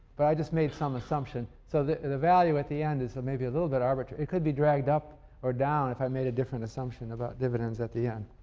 but, i just made some assumptions, so the and the value at the end is maybe a little bit arbitrary. it could be dragged up or down if i made a different assumption about dividends at the end.